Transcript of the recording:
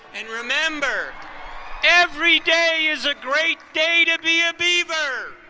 and remember every day is a great day to be a beaver!